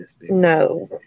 No